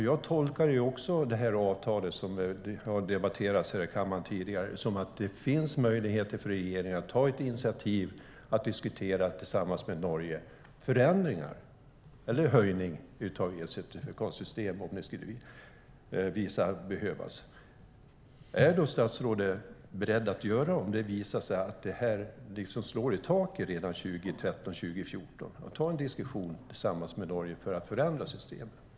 Jag tolkar också avtalet som att det finns möjlighet för regeringen att ta initiativ att tillsammans med Norge diskutera förändringar eller höjningar av elcertifikatssystem om det visar sig behövas. Om det visar sig att detta slår i taket redan 2013-2014, är då statsrådet beredd att tillsammans med Norge föra en diskussion om att förändra systemet?